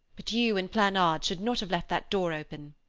but you and planard should not have left that door open.